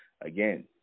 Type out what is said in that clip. Again